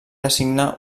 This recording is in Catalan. designa